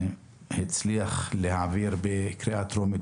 שהצליח להעביר בשבוע שעבר בקריאה טרומית